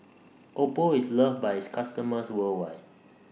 Oppo IS loved By its customers worldwide